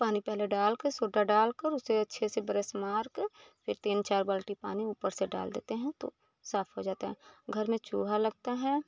पानी पहले डालकर सोड्डा डालकर उसे अच्छे से ब्रस मारकर फिर तीन चार बाल्टी पानी ऊपर से डाल देते हैं तो साफ़ हो जाता घर में चूहे लगते हैं